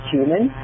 Human